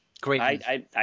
Great